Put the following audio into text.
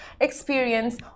experience